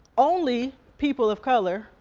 only people of color,